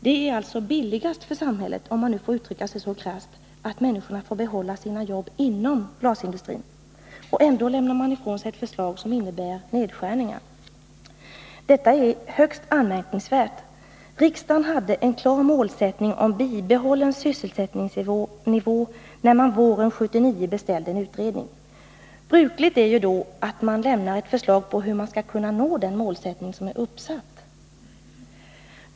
Det är alltså billigast för samhället, om man nu får uttrycka sig så krasst, att människorna får behålla sina jobb i glasindustrin. Ändå lämnar man ifrån sig ett förslag som innebär nedskärningar. Detta är högst anmärkningsvärt. Riksdagen hade en klar målsättning om bibehållen sysselsättningsnivå när man våren 1979 beställde en utredning. Brukligt är ju då att man lämnar förslag på hur man skall uppnå de mål som satts upp.